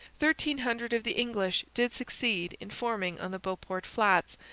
thirteen hundred of the english did succeed in forming on the beauport flats,